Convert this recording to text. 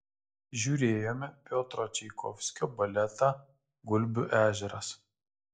žiūrėjome piotro čaikovskio baletą gulbių ežeras